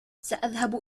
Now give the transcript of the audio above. سأذهب